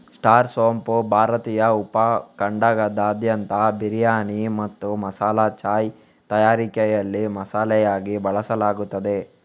star ಸೋಂಪು ಭಾರತೀಯ ಉಪ ಖಂಡದಾದ್ಯಂತ ಬಿರಿಯಾನಿ ಮತ್ತು ಮಸಾಲಾ ಚಾಯ್ ತಯಾರಿಕೆಯಲ್ಲಿ ಮಸಾಲೆಯಾಗಿ ಬಳಸಲಾಗುತ್ತದೆ